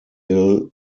ill